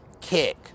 kick